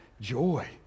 joy